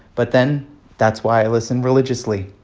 but then that's why i listen religiously.